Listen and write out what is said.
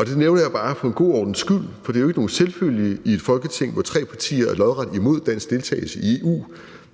Det nævner jeg bare for en god ordens skyld, for det er jo ikke nogen selvfølge i et Folketing, hvor tre partier er lodret imod dansk deltagelse i EU.